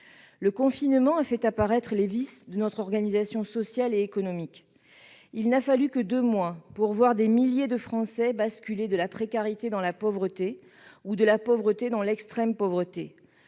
Le confinement a fait apparaître les vices de notre organisation sociale et économique. Il n'a fallu que deux mois pour voir des milliers de Français basculer de la précarité dans la pauvreté ou de la pauvreté dans l'extrême pauvreté.